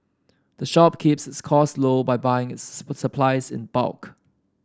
the shop keeps its cost low by buying its supplies in bulk